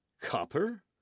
Copper